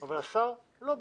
אבל השר לא ביטל?